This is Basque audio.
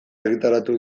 argitaratu